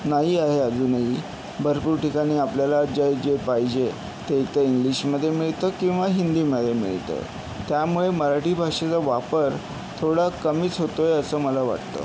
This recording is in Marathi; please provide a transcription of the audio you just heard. नाही आहे अजूनही भरपूर ठिकाणी आपल्याला जे जे पाहिजे ते ते इंग्लिशमधे मिळतं किंवा हिंदीमधे मिळतं त्यामुळे मराठी भाषेचा वापर थोडा कमीच होतोय असं मला वाटतं